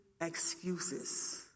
excuses